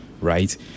right